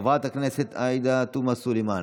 חברת הכנסת עאידה תומא סלימאן,